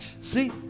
See